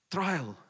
Trial